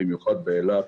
במיוחד באילת.